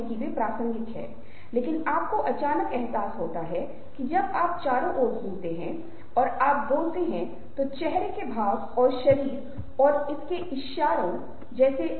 सिद्धांतकार और शोधकर्ता हमें बताते हैं कि मनुष्य 1000 से अधिक चेहरे के भाव बनाने और पहचानने में सक्षम है